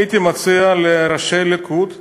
אני מציע לראשי הליכוד לבדוק,